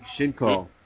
Shinko